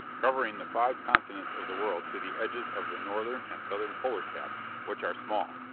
covering the five continents of the world to the edges of the northern and southern polar caps, which are small.